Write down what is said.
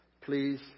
please